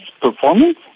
performance